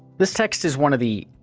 this text is one of the